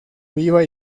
viva